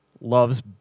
loves